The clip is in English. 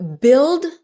build